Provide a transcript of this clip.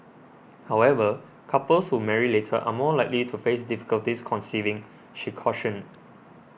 however couples who marry later are more likely to face difficulties conceiving she cautioned